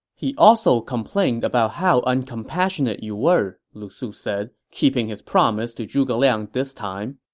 he also complained about how uncompassionate you were, lu su said, keeping his promise to zhuge liang this time